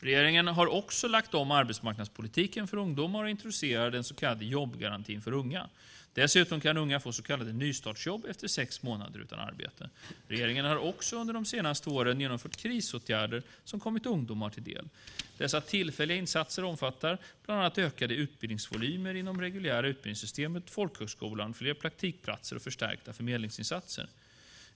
Regeringen har också lagt om arbetsmarknadspolitiken för ungdomar och introducerat den så kallade jobbgarantin för unga. Dessutom kan unga få så kallade nystartsjobb efter sex månader utan arbete. Regeringen har också under de senaste åren genomfört krisåtgärder som kommit ungdomar till del. Dessa tillfälliga insatser omfattar bland annat ökade utbildningsvolymer inom det reguljära utbildningssystemet och folkhögskolan, fler praktikplatser och förstärkta förmedlingsinsatser.